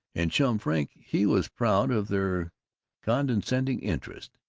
and chum frink, he was proud of their condescending interest.